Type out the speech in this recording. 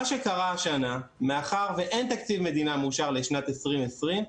מאחר ובשנה הזאת אין תקציב מדינה מאושר לשנת 2020,